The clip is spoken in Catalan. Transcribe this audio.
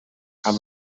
amb